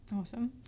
Awesome